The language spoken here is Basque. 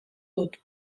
dut